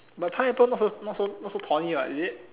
but pineapple not so not so not so thorny what is it